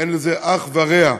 אין לזה אח ורע.